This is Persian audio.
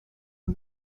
اون